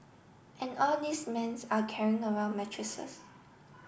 and all these men's are carrying around mattresses